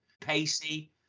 Pacey